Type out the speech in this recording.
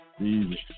easy